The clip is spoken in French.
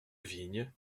vignes